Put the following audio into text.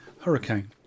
hurricane